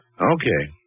Okay